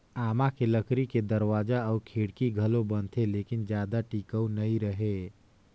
आमा के लकरी के दरवाजा अउ खिड़की घलो बनथे लेकिन जादा टिकऊ नइ रहें